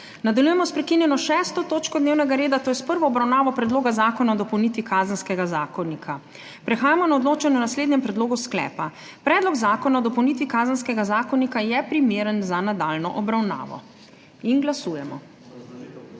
Nadaljujemo s **prekinjeno 6. točko dnevnega reda, to je s prvo obravnavo Predloga zakona o dopolnitvi Kazenskega zakonika.** Prehajamo na odločanje o naslednjem predlogu sklepa: Predlog zakona o dopolnitvi Kazenskega zakonika je primeren za nadaljnjo obravnavo. Glasujemo.